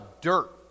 dirt